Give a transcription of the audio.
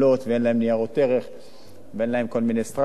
אין להם ניירות ערך ואין להם כל מיני סטרקצ'רים